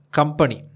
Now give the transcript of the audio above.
company